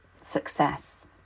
success